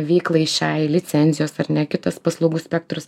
veiklai šiai licenzijos ar ne kitos paslaugų spektrus